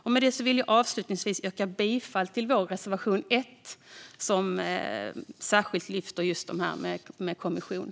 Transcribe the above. Jag vill avslutningsvis yrka bifall till vår reservation 1, som särskilt tar upp frågan om en kommission.